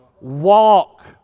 Walk